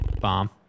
Bomb